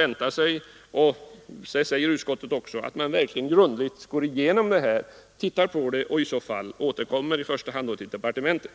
Utskottet säger också att man bör grundligt gå igenom materialet och eventuellt återkomma, i första hand till departementet.